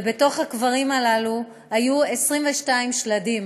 ובתוך הקברים הללו היו 22 שלדים.